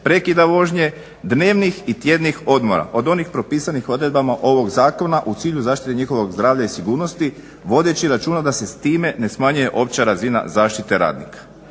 prekida vožnje, dnevnih i tjednih odmora od onih propisanih odredbama ovog zakona u cilju zaštite njihovog zdravlja i sigurnosti vodeći računa da se s time ne smanjuje opća razina zaštite radnika".